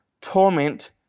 torment